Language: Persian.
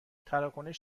تراکنش